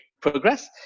progress